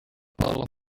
bottle